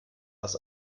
das